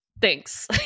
thanks